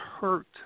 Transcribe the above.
hurt